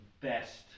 best